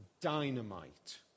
dynamite